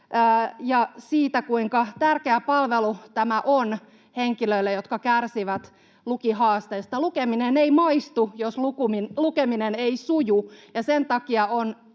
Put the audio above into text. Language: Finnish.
ja siitä, kuinka tärkeä palvelu tämä on henkilöille, jotka kärsivät lukihaasteista. Lukeminen ei maistu, jos lukeminen ei suju,